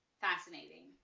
fascinating